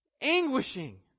anguishing